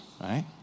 right